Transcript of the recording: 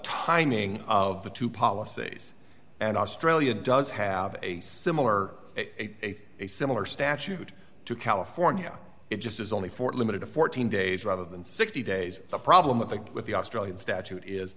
timing of the two policies and australia does have a similar a similar statute to california it just is only for limited to fourteen days rather than sixty days the problem with the with the australian statute is